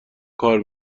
کار